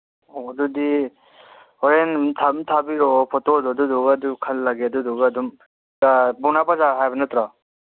ꯑꯣ ꯑꯗꯨꯗꯤ ꯍꯣꯔꯦꯟ ꯑꯗꯨꯝ ꯊꯥꯕꯤꯔꯛꯑꯣ ꯐꯣꯇꯣꯗꯣ ꯑꯗꯨꯗꯨꯒ ꯈꯟꯂꯒ ꯑꯗꯨꯗꯨꯒ ꯑꯗꯨꯝ ꯄꯧꯅꯥ ꯕꯖꯥꯔ ꯍꯥꯏꯕ ꯅꯠꯇ꯭ꯔꯣ